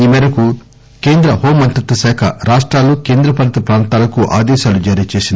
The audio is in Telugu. ఈమేరకు కేంద్ర హోంమంత్రిత్వశాఖ రాష్టాలు కేంద్రపాలిత ప్రాంతాలకు ఆదేశాలు జారీచేసింది